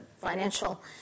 financial